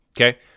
Okay